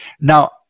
Now